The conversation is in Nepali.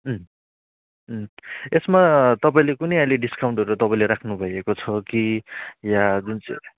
यसमा तपाईँले कुनै अहिले डिस्काउन्टहरू तपाईँले राख्नुभएको छ कि या जुन चाहिँ